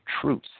truth